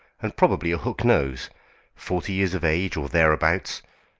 and probably a hook nose forty years of age or thereabouts,